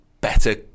better